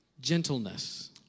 Gentleness